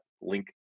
link